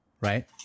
right